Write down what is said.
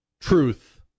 truth